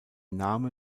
name